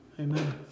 Amen